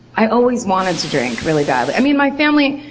i always wanted to drink, really badly. i mean, my family.